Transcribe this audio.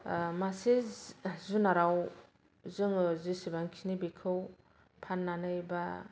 मासे जुनाराव जोङो जेसेबांखिनि बेखौ फाननानै बा